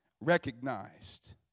recognized